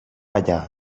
allà